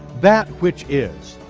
that which is.